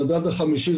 המדד החמישי,